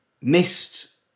missed